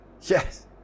Yes